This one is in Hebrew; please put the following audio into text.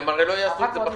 הם הרי לא יעשו את זה בחיים.